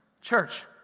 Church